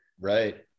Right